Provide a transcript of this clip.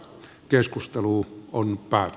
keskustelu on pää